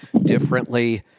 differently